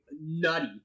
nutty